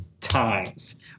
times